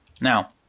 Now